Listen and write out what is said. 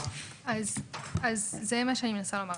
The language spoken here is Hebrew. זה מה שאני מנסה לומר.